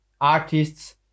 artists